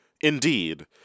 Indeed